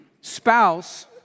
spouse